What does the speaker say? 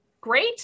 great